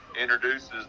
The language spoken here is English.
introduces